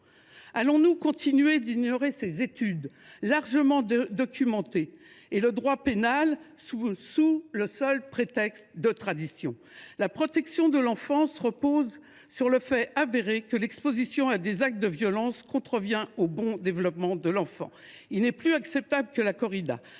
Allons nous continuer d’ignorer ces éléments, bien documentés, et le droit pénal sous le seul prétexte de l’existence de traditions ? La protection de l’enfance repose sur le fait, avéré, que l’exposition à des actes de violence contrevient au bon développement de l’enfant. Il n’est plus acceptable que la corrida,